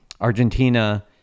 Argentina